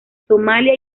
somalia